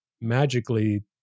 magically